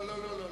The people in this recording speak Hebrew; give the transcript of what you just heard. לא, לא.